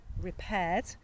repaired